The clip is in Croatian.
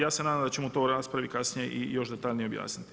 Ja se nadam da ćemo to u raspravi kasnije i još detaljnije objasniti.